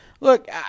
Look